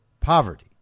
poverty